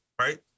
right